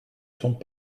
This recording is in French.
sont